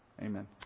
Amen